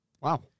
Wow